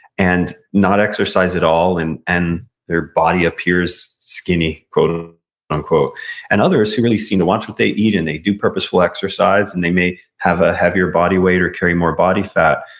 and not exercise at all, and and their body appears skinny, quote ah unquote and others who really seem to watch to what they eat, and they do purposeful exercise, and they may have a heavier body weight, or carry more body fat.